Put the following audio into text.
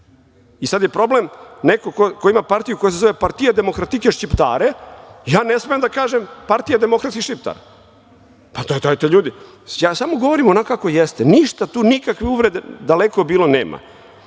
I, sada je problem neko ko ima partiju koja se zove Partija demokratike Šćiptare, ja ne smem da kažem Partija demokratskih Šiptara? Dajte, ljudi. Ja samo govorim onako kako jeste. Ništa tu, nikakve uvrede, daleko bilo,